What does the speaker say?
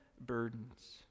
burdens